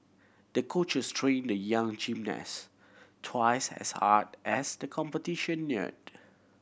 the coaches trained the young gymnast twice as hard as the competition neared